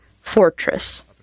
fortress